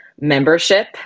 membership